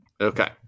Okay